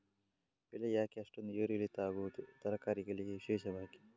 ಬೆಳೆ ಯಾಕೆ ಅಷ್ಟೊಂದು ಏರು ಇಳಿತ ಆಗುವುದು, ತರಕಾರಿ ಗಳಿಗೆ ವಿಶೇಷವಾಗಿ?